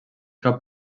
cap